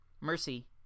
Mercy